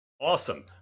Awesome